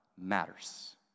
matters